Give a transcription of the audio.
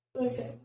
Okay